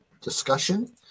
discussion